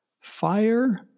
Fire